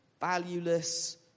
valueless